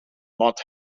not